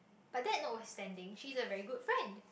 but that notwithstanding she is a very good friend